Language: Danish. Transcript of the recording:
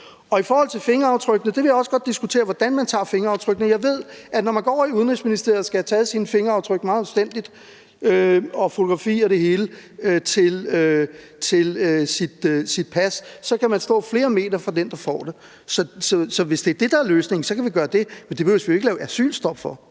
man behandler dem. Jeg vil også godt diskutere, hvordan man tager fingeraftrykkene. Jeg ved, at når man går over i Udenrigsministeriet og skal have taget sine fingeraftryk – det er meget omstændeligt – og et fotografi og det hele til sit pas, så kan andre stå flere meter fra den, der får taget det. Så hvis det er det, der er løsningen, så kan vi gøre det, men det behøver vi jo ikke at lave asylstop for.